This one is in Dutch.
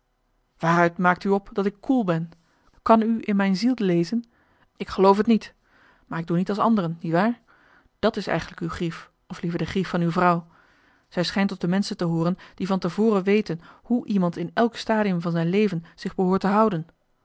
waaruit maakt u op dat ik koel ben kan u in mijn ziel lezen ik geloof t niet maar ik doe niet als anderen niewaar dat is eigenlijk uw grief of liever de grief van uw vrouw zij schijnt tot de menschen te hooren die van te voren weten hoe iemand in elk stadium van zijn leven zich behoort te houden